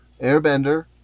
Airbender